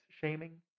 shaming